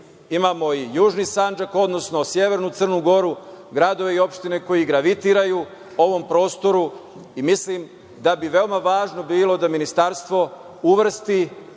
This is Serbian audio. imamo i južni Sandžak, odnosno severnu Crnu Goru, gradove i opštine koji gravitiraju ovom prostoru i mislim da bi veoma važno bilo da Ministarstvo uvrsti